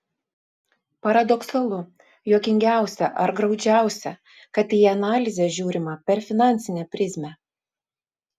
paradoksalu juokingiausia ar graudžiausia kad į analizę žiūrima per finansinę prizmę